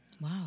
Wow